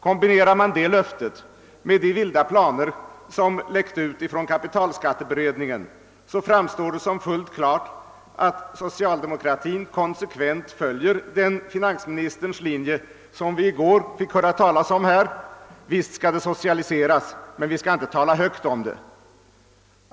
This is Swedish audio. Kombinerar man det löftet med kapitalskatteberedningens vilda planer så står det fullt klart att socialdemokratin konsekvent följer den finansministerns linje som vi hörde talas om här i går: visst skall det socialiseras men vi skall icke tala högt om det.